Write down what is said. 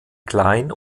klein